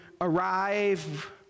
arrive